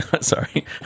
Sorry